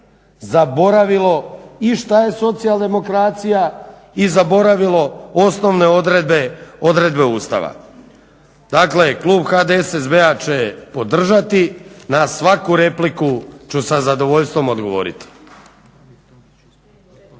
zaboravilo i šta je socijaldemokracija i zaboravilo osnovne odredbe Ustava. Dakle, klub HDSSB-a će podržati. Na svaku repliku ću sa zadovoljstvom odgovoriti.